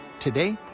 today,